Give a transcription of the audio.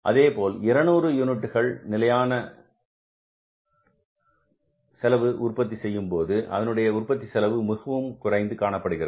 அதேபோல் 200 யூனிட்டுகள் நிலையான செலவு உற்பத்தி செய்யும் போது அதனுடைய உற்பத்தி செலவு மிகவும் குறைந்து காணப்படுகிறது